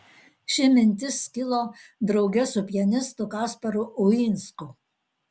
ši mintis kilo drauge su pianistu kasparu uinsku